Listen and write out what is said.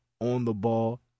on-the-ball